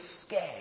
scared